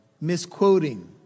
misquoting